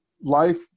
life